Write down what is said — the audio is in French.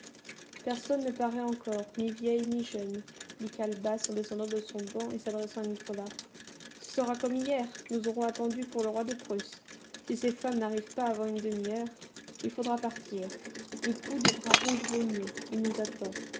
personne ne paraît encore ni vieille ni jeune dit calebasse en descendant de son banc et s'adressant à nicolas ce sera comme hier nous aurons attendu pour le roi de prusse si ces femmes n'arrivent pas avant une demi-heure il faudra partir le coup de bras rouge vaut mieux il nous attend